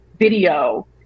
video